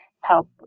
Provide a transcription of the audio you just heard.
help